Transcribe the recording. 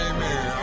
Amen